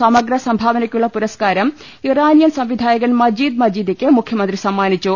സമഗ്ര സംഭാവനയ്ക്കുള്ള പുരസ്കാരം ഇറാനിയൻ സംവിധായകൻ മജീദ് മജീദിക്ക് മുഖ്യമന്ത്രി സമ്മാനിച്ചു